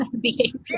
behavior